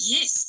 Yes